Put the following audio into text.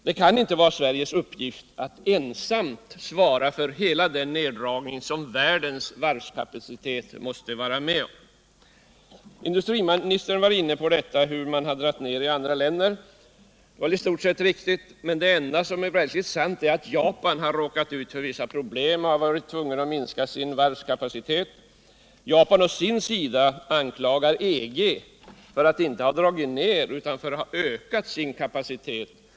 Det kan emellertid inte vara Sveriges uppgift att ensamt svara för hela den önskvärda neddragningen av världens varvskapacitet, Industriministern var inne på förhållandena i andra länder när det gäller neddragningarna. Hans uppgifter var i stort sett riktiga. Men det enda som är verkligt sant är att Japan råkat ut för vissa problem. Man har där varit tvungen att minska varvskapaciteten. Japan anklagar EG för att inte ha dragit ned utan för att ha ökat sin kapacitet.